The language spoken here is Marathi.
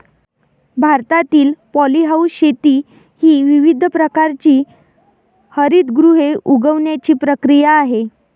भारतातील पॉलीहाऊस शेती ही विविध प्रकारची हरितगृहे उगवण्याची प्रक्रिया आहे